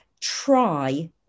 try